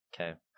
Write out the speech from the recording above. Okay